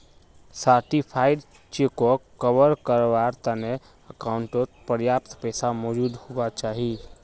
certified चेकोक cover कारवार तने अकाउंटओत पर्याप्त पैसा मौजूद हुवा चाहि